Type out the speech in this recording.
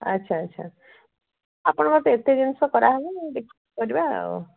ଆଚ୍ଛା ଆଚ୍ଛା ଆପଣଙ୍କର ତ ଏତେ ଜିନିଷ କରାହେବ ଦେଖିକି କରିବା ଆଉ